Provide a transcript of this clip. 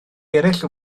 eraill